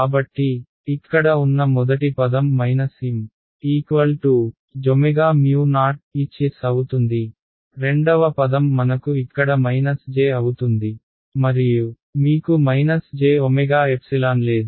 కాబట్టి ఇక్కడ ఉన్న మొదటి పదం మైనస్ M joHs అవుతుంది రెండవ పదం మనకు ఇక్కడ j అవుతుంది మరియు మీకు j లేదు